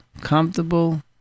comfortable